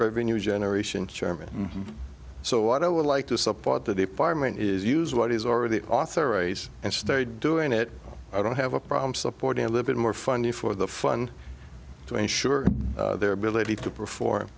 revenue generation sherman so what i would like to support the department is use what is already an author a's and started doing it i don't have a problem supporting a little bit more funding for the fun to ensure their ability to perform